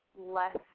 less